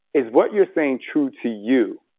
is what you're saying true to you?